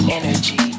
energy